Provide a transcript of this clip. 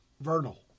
Vernal